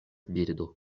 birdo